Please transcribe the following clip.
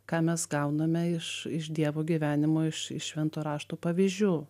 ką mes gauname iš iš dievo gyvenimo iš iš švento rašto pavyzdžiu